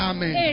Amen